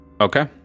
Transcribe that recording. Okay